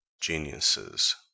geniuses